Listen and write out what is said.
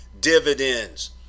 dividends